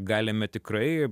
galime tikrai